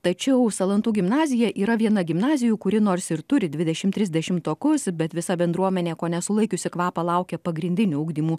tačiau salantų gimnazija yra viena gimnazijų kuri nors ir turi dvidešim tris dešimtokus bet visa bendruomenė kone sulaikiusi kvapą laukia pagrindinių ugdymų